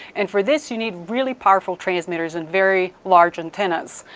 and for this you need really powerful transmitters and very large antennas,